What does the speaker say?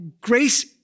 Grace